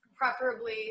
Preferably